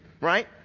right